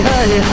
Hey